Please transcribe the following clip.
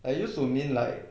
I used to mean like